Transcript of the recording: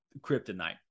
kryptonite